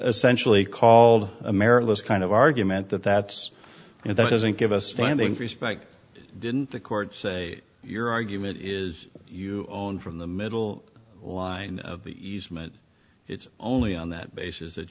sentially called america's kind of argument that that's it doesn't give us a standing respect didn't the court say your argument is you own from the middle line of the easement it's only on that basis that